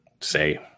say